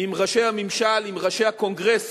עם ראשי הממשל, עם ראשי הקונגרס